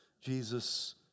Jesus